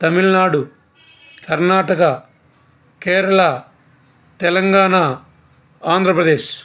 Tamil Nadu Karnataka Kerala Telangana Andhra Pradesh